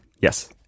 yes